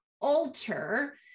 alter